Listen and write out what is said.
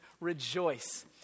rejoice